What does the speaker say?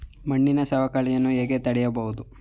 ಮಣ್ಣಿನ ಸವಕಳಿಯನ್ನು ಹೇಗೆ ತಡೆಯಬಹುದು?